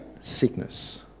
sickness